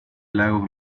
lago